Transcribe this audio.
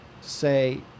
say